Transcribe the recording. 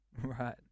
Right